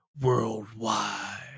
worldwide